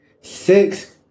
six